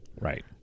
Right